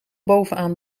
bovenaan